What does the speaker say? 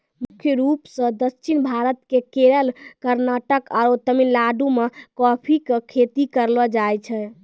मुख्य रूप सॅ दक्षिण भारत के केरल, कर्णाटक आरो तमिलनाडु मॅ कॉफी के खेती करलो जाय छै